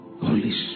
Holy